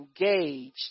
engaged